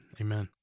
Amen